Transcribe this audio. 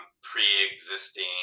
pre-existing